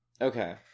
Okay